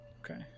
Okay